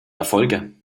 erfolge